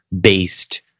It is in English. based